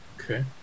Okay